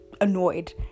annoyed